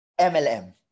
MLM